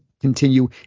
continue